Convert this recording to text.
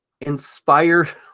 inspired